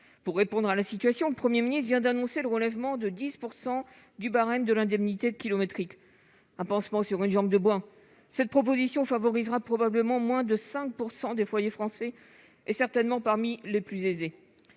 Pour répondre à la situation, le Premier ministre vient d'annoncer le relèvement de 10 % du barème de l'indemnité kilométrique. Un pansement sur une jambe de bois ! Cette proposition favorisera probablement moins de 5 % des foyers français, certainement parmi les plus aisés.